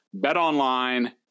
BetOnline